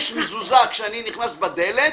יש מזוזה כשאני נכנס בדלת,